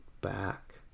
back